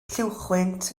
lluwchwynt